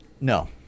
No